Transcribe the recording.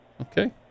okay